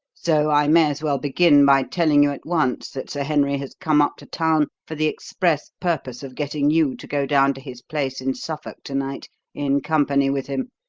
so i may as well begin by telling you at once that sir henry has come up to town for the express purpose of getting you to go down to his place in suffolk to-night in company with him,